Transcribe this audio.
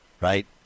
right